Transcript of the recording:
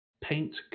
paint